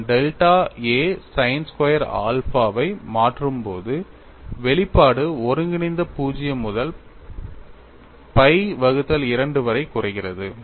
நான் delta a sin square ஆல்பாவை மாற்றும்போது வெளிப்பாடு ஒருங்கிணைந்த 0 முதல் pi 2 வரை குறைக்கிறது